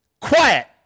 Quiet